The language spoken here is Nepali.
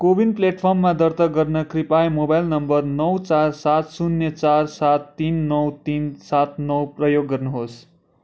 को विन प्लेटफर्ममा दर्ता गर्न कृपया मोबाइल नम्बर नौ चार सात शून्य चार सात तिन नौ तिन सात नौ प्रयोग गर्नुहोस्